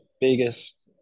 biggest